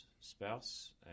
Spouse